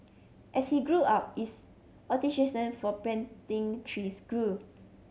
as he grew up is for planting trees grew